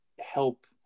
help